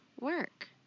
work